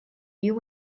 you